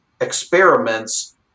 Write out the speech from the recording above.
experiments